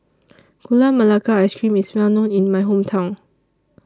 Gula Melaka Ice Cream IS Well known in My Hometown